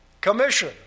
commission